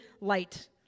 light